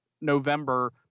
November